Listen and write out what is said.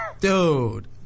Dude